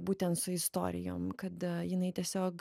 būtent su istorijom kada jinai tiesiog